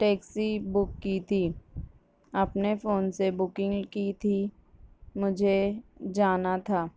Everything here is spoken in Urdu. ٹیکسی بک کی تھی اپنے فون سے بکنگ کی تھی مجھے جانا تھا